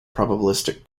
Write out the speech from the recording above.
probabilistic